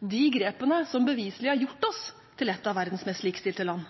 de grepene som beviselig har gjort oss til et av verdens mest likestilte land.